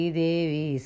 devi